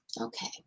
okay